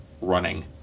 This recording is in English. running